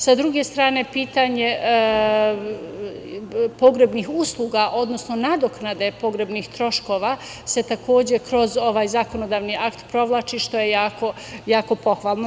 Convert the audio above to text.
Sa druge strane, pitanje pogrebnih usluga, odnosno nadoknade pogrebnih troškova se takođe kroz ovaj zakonodavni akt provlači što je jako pohvalno.